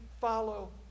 follow